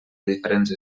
diferents